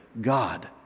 God